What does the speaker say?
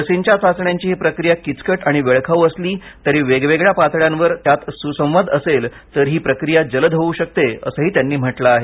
लसींच्या चाचण्यांची ही प्रक्रिया किचकट आणि वेळखाऊ असली तरी वेगवेगळ्या पातळ्यांवर त्यात सुसंवाद असेल तर ही प्रक्रिया जलद होऊ शकते असंही त्यांनी म्हटलं आहे